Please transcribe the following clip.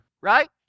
right